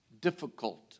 difficult